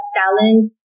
talent